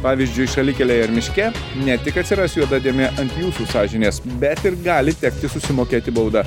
pavyzdžiui šalikelėj ar miške ne tik atsiras juoda dėmė ant jūsų sąžinės bet ir gali tekti susimokėti baudą